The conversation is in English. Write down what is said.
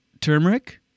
Turmeric